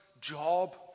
job